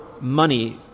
money